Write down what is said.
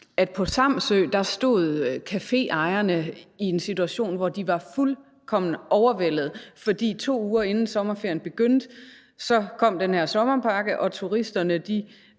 nogle eksempler – stod i en situation, hvor de var fuldkommen overvældet. For 2 uger inden sommerferien begyndte, kom den her sommerpakke, og turisterne